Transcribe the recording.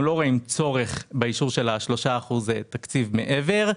אנחנו לא רואים צורך באישור של 3% תקציב מעבר,